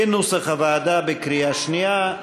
כנוסח הוועדה, בקריאה שנייה.